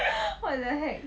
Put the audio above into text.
what the heck